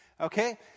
Okay